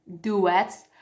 duets